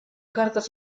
cartas